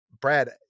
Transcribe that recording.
brad